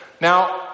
now